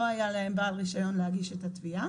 לא היה להם בעל רישיון להגיש את התביעה